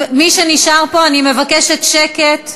מי שנשאר פה, אני מבקשת שקט.